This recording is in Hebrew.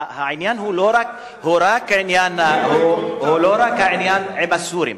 העניין הוא לא רק העניין עם הסורים.